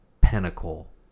pinnacle